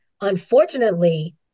unfortunately